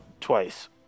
twice